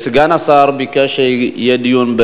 סגן השר ביקש שיהיה דיון,